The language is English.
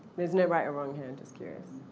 there's no right or wrong here. i'm just curious.